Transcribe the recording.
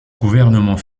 gouvernement